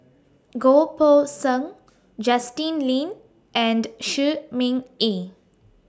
Goh Poh Seng Justin Lean and Shi Ming Yi